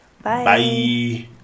Bye